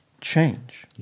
change